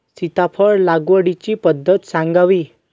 सीताफळ लागवडीची पद्धत सांगावी?